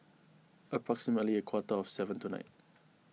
approximately a quarter to seven tonight